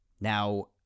Now